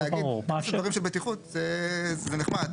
להגיד להוסיף דברים של בטיחות זה נחמד,